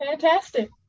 Fantastic